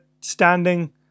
standing